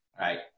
right